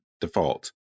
default